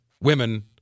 women